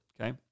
Okay